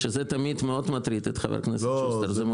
שזה תמיד מאוד מטריד את חבר הכנסת שוסטר.